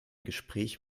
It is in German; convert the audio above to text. gespräch